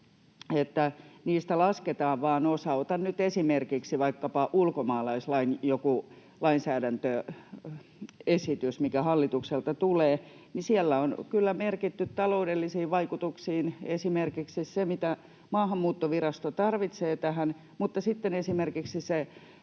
niistä lasketaan vain osa. Otan nyt esimerkiksi vaikkapa ulkomaalaislain. Kun joku lainsäädäntöesitys hallitukselta tulee, niin siellä on kyllä merkitty taloudellisiin vaikutuksiin esimerkiksi se, mitä Maahanmuuttovirasto tarvitsee tähän, mutta sitten esimerkiksi